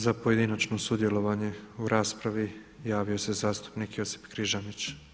Za pojedinačno sudjelovanje u raspravi javio se zastupnik Josip Križanić.